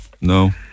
no